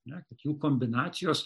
na kad jų kombinacijos